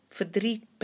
verdriet